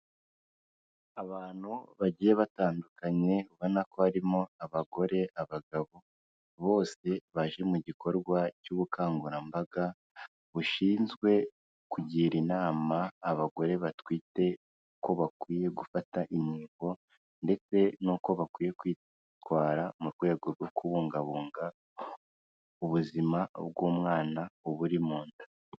Abantu bagiye batandukanye ubona ko harimo abagore, abagabo, bose baje mu gikorwa cy'ubukangurambaga bushinzwe kugira inama abagore batwite ko bakwiye gufata inkingo ndetse n'uko bakwiye kwitwara mu rwego rwo kubungabunga ubuzima bw'umwana ubu uri mu nda.